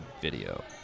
video